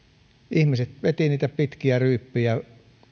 ihmiset vetivät niitä pitkiä ryyppyjä